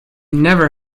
never